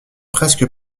presque